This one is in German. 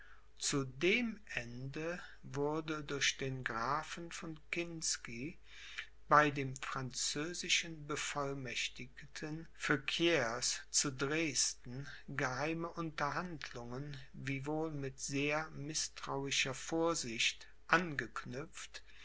zu dem ende wurden durch den grafen von kinsky bei dem französischen bevollmächtigten feuquieres zu dresden geheime unterhandlungen wiewohl mit sehr mißtrauischer vorsicht angeknüpft